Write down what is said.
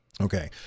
Okay